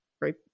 right